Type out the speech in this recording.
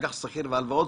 אג"ח סחיר והלוואות,